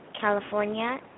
California